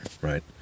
right